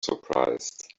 surprised